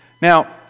Now